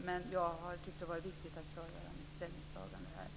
Men jag har tyckt att det har varit viktigt att klargöra mitt ställningstagande här.